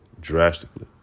drastically